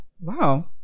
Wow